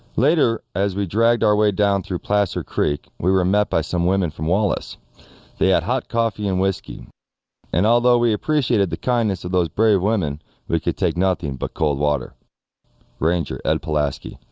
later as we dragged our way down through placer creek. we were met by some women from wallace they had hot coffee and whiskey and although we appreciated the kindness of those brave women we could take nothing but cold water ranger ed pulaski